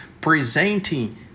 presenting